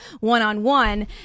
one-on-one